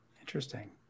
Interesting